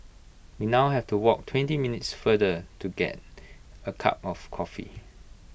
we now have to walk twenty minutes farther to get A cup of coffee